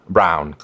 Brown